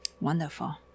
Wonderful